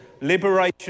Liberation